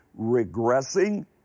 regressing